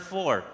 Four